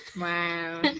Wow